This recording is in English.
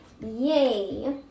Yay